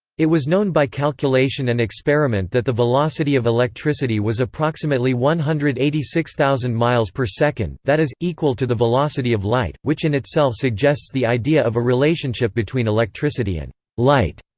it was known by calculation and experiment that the velocity of electricity was approximately one hundred and eighty six thousand miles per second that is, equal to the velocity of light, which in itself suggests the idea of a relationship between electricity and light.